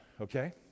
okay